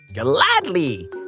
Gladly